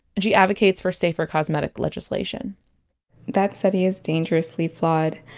and she advocates for safer cosmetic legislation that study is dangerously flawed.